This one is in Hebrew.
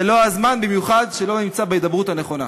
זה לא הזמן, במיוחד כשלא נמצאים בהידברות הנכונה.